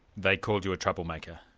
they called you a troublemaker.